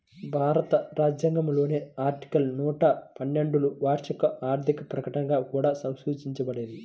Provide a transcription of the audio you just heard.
భారత రాజ్యాంగంలోని ఆర్టికల్ నూట పన్నెండులోవార్షిక ఆర్థిక ప్రకటనగా కూడా సూచించబడేది